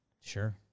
Sure